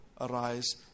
arise